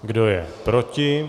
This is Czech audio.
Kdo je proti?